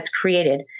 created